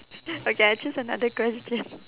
okay I choose another question